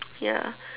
ya